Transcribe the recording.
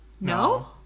No